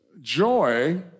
Joy